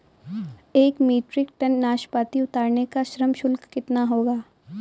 एक metric ton नाशपाती उतारने का श्रम शुल्क कितना होगा?